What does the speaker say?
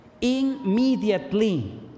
Immediately